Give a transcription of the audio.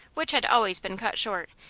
which had always been cut short,